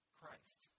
Christ